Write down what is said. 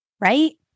Right